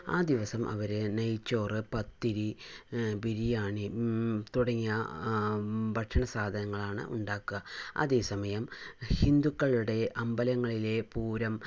ആ ദിവസം അവർ നെയ്ച്ചോറു പത്തിരി ബിരിയാണി തുടങ്ങിയ ഭക്ഷണസാധനങ്ങളാണ് ഉണ്ടാക്കുക അതേസമയം ഹിന്ദുക്കളുടെ അമ്പലങ്ങളിലെ പൂരം